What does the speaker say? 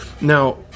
Now